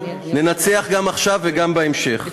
ננצח גם עכשיו וגם בהמשך.